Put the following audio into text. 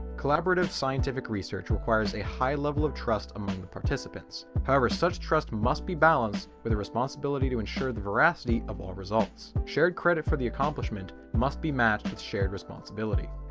collaborative scientific research requires a high level of trust among the participants, however such trust must be balanced with a responsibility to ensure the veracity of all results. shared credit for the accomplishment must be matched with shared responsibility.